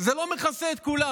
זה לא מכסה את כולם.